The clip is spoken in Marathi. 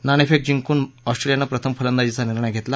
नाणेफेक जिंकून ऑस्ट्रेलियानं प्रथम फलंदाजीचा निर्णय घेतला